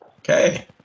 Okay